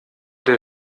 der